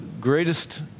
greatest